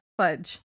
fudge